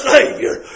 Savior